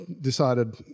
decided